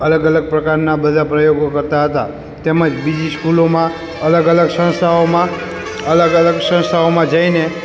અલગ અલગ પ્રકારના બધા પ્રયોગો કરતા હતા તેમજ બીજી સ્કૂલોમાં અલગ સંસ્થાઓમાં અલગ અલગ સંસ્થાઓમાં જઈને